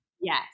Yes